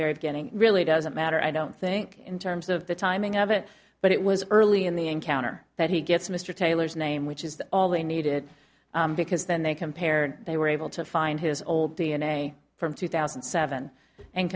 very beginning really doesn't matter i don't think in terms of the timing of it but it was early in the encounter that he gets mr taylor's name which is all they needed because then they compared they were able to find his old d n a from two thousand and seven and